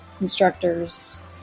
instructors